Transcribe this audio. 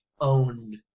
owned